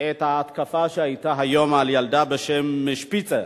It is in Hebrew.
את ההתקפה שהיתה היום על ילדה בשם שפיצר,